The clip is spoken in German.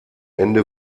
ende